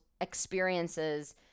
experiences